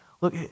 look